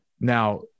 Now